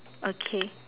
okay